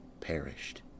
perished